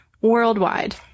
worldwide